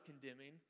condemning